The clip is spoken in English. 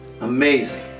amazing